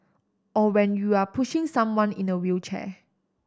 or when you're pushing someone in a wheelchair